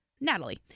natalie